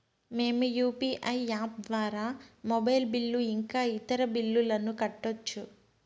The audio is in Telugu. మేము యు.పి.ఐ యాప్ ద్వారా మొబైల్ బిల్లు ఇంకా ఇతర బిల్లులను కట్టొచ్చు